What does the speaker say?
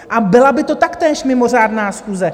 A byla by to taktéž mimořádná schůze.